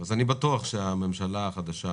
אז אני בטוח שהממשלה החדשה